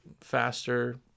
faster